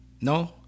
No